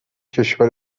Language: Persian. کشور